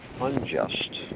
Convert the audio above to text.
unjust